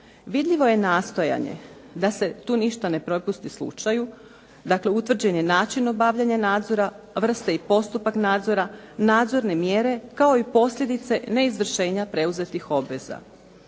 Vidljivo je nastojanje da se tu ništa ne prepusti slučaju, dakle utvrđen je način obavljanja nadzora, vrsta i postupak nadzor, nadzorne mjere kao i posljedice neizvršenja preuzetih obveza.